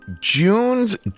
June's